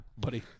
buddy